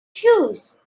shoes